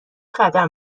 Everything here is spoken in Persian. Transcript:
قدم